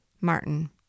Martin